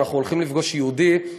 אנחנו הולכים לפגוש יהודי.